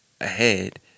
ahead